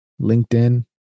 LinkedIn